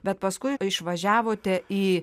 bet paskui išvažiavote į